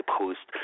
post